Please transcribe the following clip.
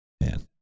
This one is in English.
Man